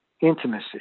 intimacy